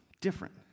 different